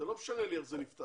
זה לא משנה לי איך זה נפתר.